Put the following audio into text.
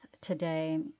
today